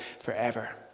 forever